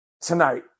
tonight